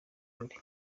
birori